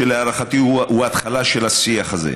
שלהערכתי הוא התחלה של השיח הזה,